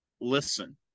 listen